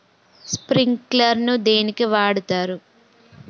Sprinkler ను దేనికి వాడుతరు?